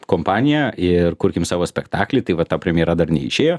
kompaniją ir kurkim savo spektaklį tai va ta premjera dar neišėjo